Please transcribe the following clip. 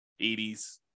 80s